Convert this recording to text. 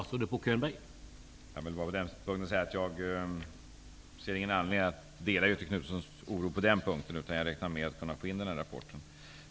Herr talman! Jag ser inte någon anledning att dela Göthe Knutsons oro på den punkten, utan jag räknar med att kunna få in den här rapporten.